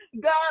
God